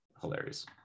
hilarious